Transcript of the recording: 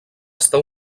estar